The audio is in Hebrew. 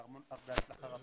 בהצלחה רבה.